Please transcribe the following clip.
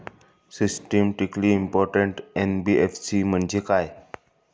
Systematically important NBFC म्हणजे काय?